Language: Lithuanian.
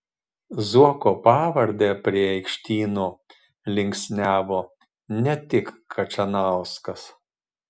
zuoko pavardę prie aikštyno linksniavo ne tik kačanauskas